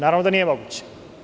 Naravno da nije moguće.